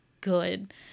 good